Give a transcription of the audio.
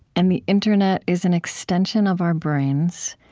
and the internet is an extension of our brains,